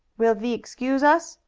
will thee excuse us?